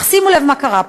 אך שימו לב מה קרה פה: